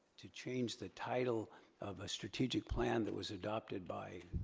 to change the title of a strategic plan that was adopted by,